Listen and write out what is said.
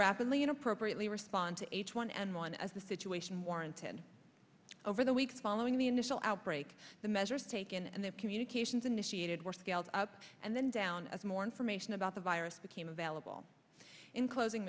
rapidly and appropriately respond to h one n one as the situation warranted over the weeks following the initial outbreak the measures taken and their communications initiated were scaled up and then down as more information about the virus became available in closing